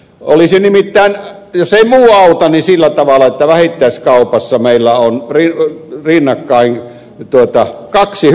olisi nimittäin jos ei muu auta sillä tavalla että vähittäiskaupassa meillä olisi rinnakkain kaksi hyllytilaa